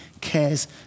cares